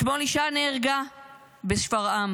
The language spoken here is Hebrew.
אתמול אישה נהרגה בשפרעם,